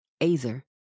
Azer